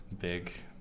big